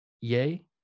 Yay